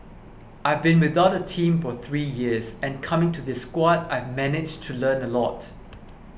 I've been without a team for three years and coming to this squad I've managed to learn a lot